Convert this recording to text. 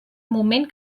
moment